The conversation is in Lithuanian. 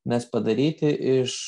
nes padaryti iš